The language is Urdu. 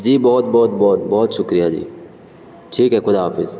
جی بہت بہت بہت بہت شکریہ جی ٹھیک ہے خدا حافظ